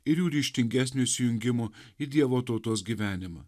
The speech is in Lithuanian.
ir jų ryžtingesnio įsijungimo į dievo tautos gyvenimą